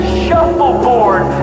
shuffleboard